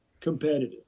competitive